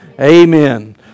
Amen